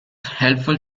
helpful